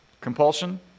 Compulsion